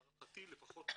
אבל להערכתי לפחות,